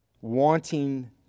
wanting